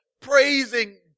praising